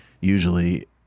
usually